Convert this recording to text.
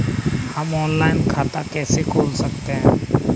हम ऑनलाइन खाता कैसे खोल सकते हैं?